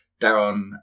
Darren